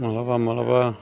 मालाबा मालाबा